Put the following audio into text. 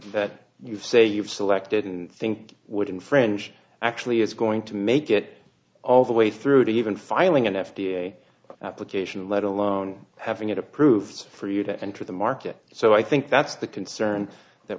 that you say you've selected and think would infringe actually is going to make it all the way through to even filing an f d a application let alone having it approved for you to enter the market so i think that's the concern that